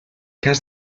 cas